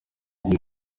buryo